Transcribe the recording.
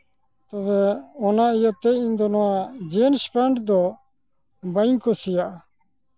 ᱛᱚᱵᱮ ᱚᱱᱟ ᱤᱭᱟᱹᱛᱮ ᱤᱧᱫᱚ ᱱᱚᱣᱟ ᱡᱤᱱᱥ ᱯᱮᱱᱴ ᱫᱚ ᱵᱟᱹᱧ ᱠᱩᱥᱤᱭᱟᱜᱼᱟ